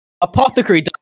Apothecary